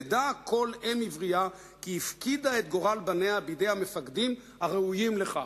"תדע כל אם עברייה כי הפקידה את גורל בניה בידי המפקדים הראויים לכך".